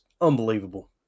unbelievable